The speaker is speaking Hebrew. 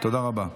תודה רבה.